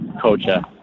culture